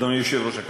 אדוני היושב-ראש,